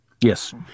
yes